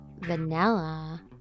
Vanilla